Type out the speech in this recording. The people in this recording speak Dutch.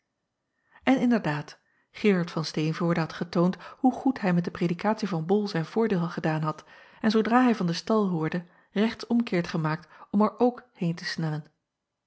n inderdaad erard van teenvoorde had getoond hoe goed hij met de predikatie van ol zijn voordeel gedaan had en zoodra hij van den stal hoorde rechts om keert gemaakt om er ook heen te snellen